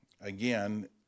again